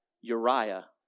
Uriah